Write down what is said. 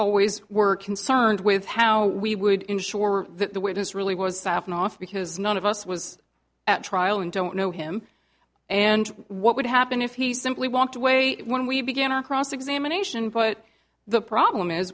always were concerned with how we would ensure that the witness really was siphoned off because none of us was at trial and don't know him and what would happen if he simply walked away when we began our cross examination but the problem is